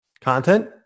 content